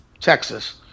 Texas